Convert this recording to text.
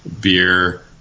beer